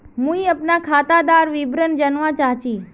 मुई अपना खातादार विवरण जानवा चाहची?